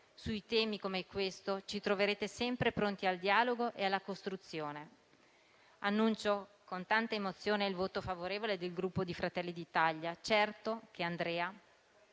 Su temi come questo ci troverete sempre pronti al dialogo e alla costruzione. Annuncio con tanta emozione il voto favorevole del Gruppo Fratelli d'Italia, certa che Andrea